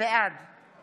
בעד